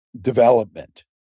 development